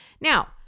Now